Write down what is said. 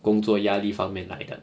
工作压力方面来的